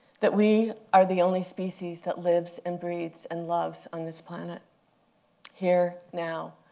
that we are the only species that lives and breathes and loves on this planet here, now.